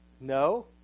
No